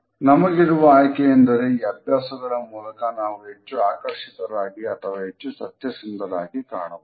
ನಮಗಿರುವ ಆಯ್ಕೆಯೆಂದರೆ ಈ ಅಭ್ಯಾಸಗಳ ಮೂಲಕ ನಾವು ಹೆಚ್ಚು ಆಕರ್ಷಿತರಾಗಿ ಅಥವಾ ಹೆಚ್ಚು ಸತ್ಯಸಂದರಾಗಿ ಕಾಣುವುದು